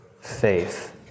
faith